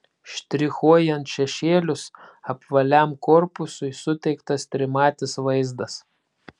štrichuojant šešėlius apvaliam korpusui suteiktas trimatis vaizdas